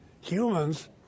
Humans